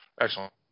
Excellent